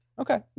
Okay